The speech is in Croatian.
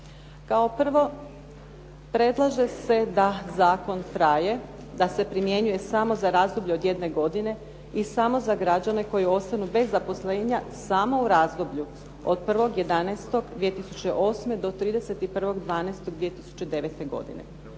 Kao prvo, predlaže se da zakon traje, da se primjenjuje samo za razdoblje od jedne godine i samo za građane koji ostanu bez zaposlenja samo u razdoblju od 1.11.2008. do 31.12.2009. godine,